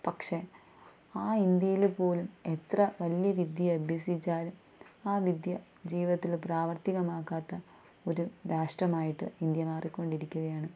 പക്ഷേ ആ ഇന്ത്യയില് പോലും എത്ര വലിയ വിദ്യ അഭ്യസിച്ചാലും ആ വിദ്യ ജീവിതത്തിൽ പ്രാവർത്തികമാക്കാത്ത ഒരു രാഷ്ട്രമായിട്ട് ഇന്ത്യ മാറിക്കൊണ്ടിരിക്കുകയാണ്